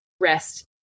rest